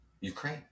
Ukraine